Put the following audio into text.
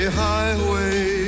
highway